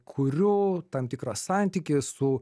kuriu tam tikrą santykį su